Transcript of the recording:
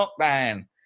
lockdown